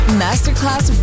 masterclass